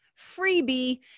freebie